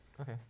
Okay